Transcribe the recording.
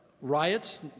riots